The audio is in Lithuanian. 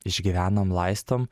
išgyvenam laistom